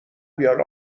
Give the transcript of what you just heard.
بیار